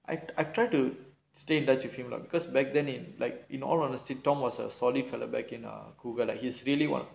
I I try to stay in touch with him lah because back then in like in all honesty tom was a solid friend lah like he's really one